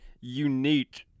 unique